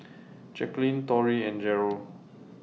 Jacquelyn Torrey and Jarrell